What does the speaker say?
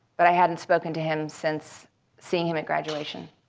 but i hadn't spoken to him since seeing him at graduation.